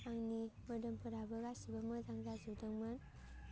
आंनि मोदोमफोराबो गासिबो मोजां जाजोबदोंमोन